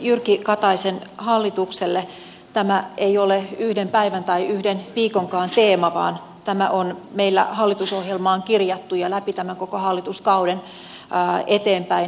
jyrki kataisen hallitukselle tämä ei ole yhden päivän tai yhden viikonkaan teema vaan tämä on meillä hallitusohjelmaan kirjattu ja läpi tämän koko hallituskauden eteenpäinvietävä asia